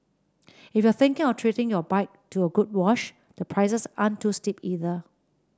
if you're thinking of treating your bike to a good wash the prices aren't too steep either